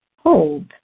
Hold